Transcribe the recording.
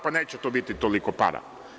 Pa, neće biti toliko para.